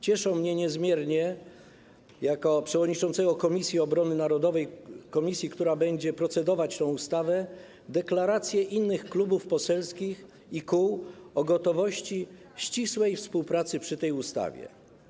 Cieszą mnie niezmiernie, jako przewodniczącego Komisji Obrony Narodowej, komisji, która będzie procedować nad tą ustawą, deklaracje innych klubów poselskich i kół o gotowości ścisłej współpracy przy tej ustawie.